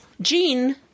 Jean